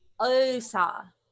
Osa